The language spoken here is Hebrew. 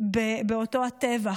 באותו הטבח.